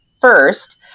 First